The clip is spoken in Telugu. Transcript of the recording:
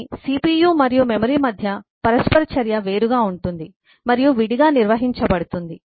కానీ CPU మరియు మెమరీ మధ్య పరస్పర చర్య వేరుగా ఉంటుంది మరియు విడిగా నిర్వహించబడుతుంది